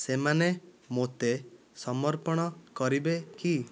ସେମାନେ ମୋତେ ସମର୍ପଣ କରିବେ କି